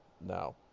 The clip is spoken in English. no